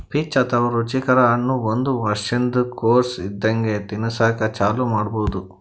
peach ಅಥವಾ ರುಚಿಕರ ಹಣ್ಣ್ ಒಂದ್ ವರ್ಷಿನ್ದ್ ಕೊಸ್ ಇದ್ದಾಗೆ ತಿನಸಕ್ಕ್ ಚಾಲೂ ಮಾಡಬಹುದ್